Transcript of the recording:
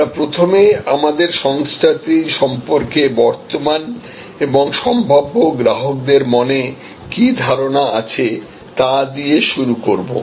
আমরা প্রথমে আমাদের সংস্থাটি সম্পর্কে বর্তমান এবং সম্ভাব্য গ্রাহকদের মনে কি ধারনা আছে তা দিয়ে শুরু করব